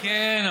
כן,